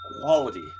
quality